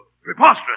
Preposterous